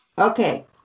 Okay